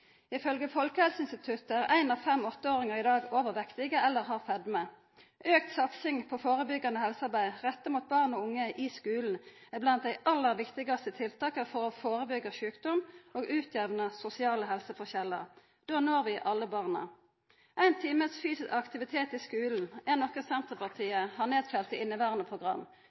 Folkehelseinstituttet er ein av fem åtteåringar i dag overvektige eller feite. Auka satsing på førebyggande helsearbeid retta mot barn og unge i skulen er blant dei aller viktigaste tiltaka for å førebygge sjukdom og jamne ut sosiale helseforskjellar. Då når vi alle barna. Ein times fysisk aktivitet i skulen er noko Senterpartiet har nedfelt i inneverande program.